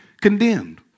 condemned